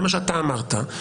זה מה שאתה אמרת,